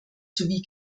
sowie